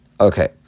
Okay